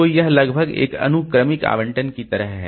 तो यह लगभग एक अनुक्रमिक आवंटन की तरह है